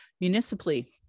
municipally